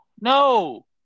No